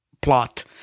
plot